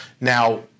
Now